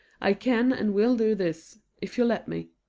i can and will do this, if you let me.